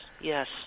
yes